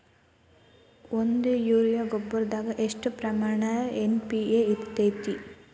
ಒಂದು ಯೂರಿಯಾ ಗೊಬ್ಬರದಾಗ್ ಎಷ್ಟ ಪ್ರಮಾಣ ಎನ್.ಪಿ.ಕೆ ಇರತೇತಿ?